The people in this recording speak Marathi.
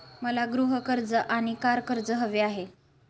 मला गृह कर्ज आणि कार कर्ज हवे आहे